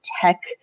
tech